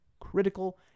critical